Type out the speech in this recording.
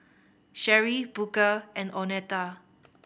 Sheri Booker and Oneta